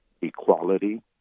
equality